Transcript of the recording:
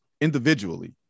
individually